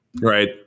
Right